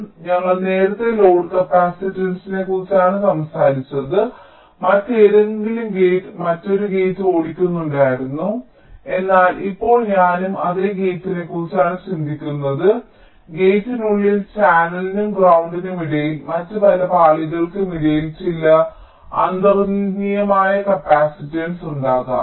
അതിനാൽ ഞങ്ങൾ നേരത്തെ ലോഡ് കപ്പാസിറ്റൻസിനെക്കുറിച്ചാണ് സംസാരിച്ചത് മറ്റേതെങ്കിലും ഗേറ്റ് മറ്റൊരു ഗേറ്റ് ഓടിക്കുന്നുണ്ടായിരുന്നു എന്നാൽ ഇപ്പോൾ ഞാൻ അതേ ഗേറ്റിനെക്കുറിച്ചാണ് ചിന്തിക്കുന്നത് ഗേറ്റിനുള്ളിൽ ചാനലിനും ഗ്രൌണ്ടിനുമിടയിൽ മറ്റ് പല പാളികൾക്കും ഇടയിൽ ചില അന്തർലീനമായ കപ്പാസിറ്റൻസ് ഉണ്ടാകാം